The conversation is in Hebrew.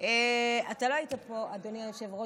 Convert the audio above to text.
אתה לא היית פה, אדוני היושב-ראש,